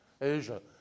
Asia